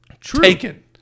taken